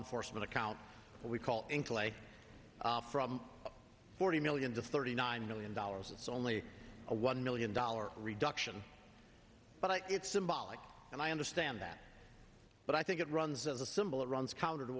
enforcement account we call in calais from forty million to thirty nine million dollars it's only a one million dollar reduction but it's symbolic and i understand that but i think it runs as a symbol it runs counter to